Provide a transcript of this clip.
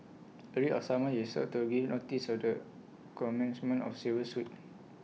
A writ of summons is served to give notice of the commencement of civil suit